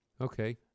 Okay